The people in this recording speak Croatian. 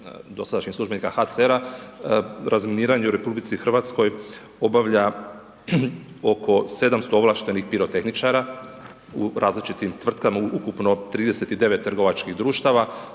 dosadašnjih službenika HCR-a razminiranje u RH obavlja oko 700 ovlaštenih pirotehničara u različitim tvrtkama u ukupno 39 trgovačkih društava,